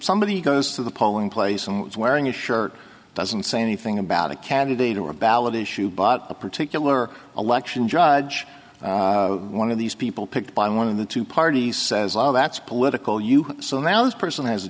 somebody goes to the polling place and was wearing a shirt doesn't say anything about a candidate or a ballot issue but a particular election judge one of these people picked by one of the two parties says that's political you so now this person has a